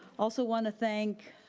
also want to thank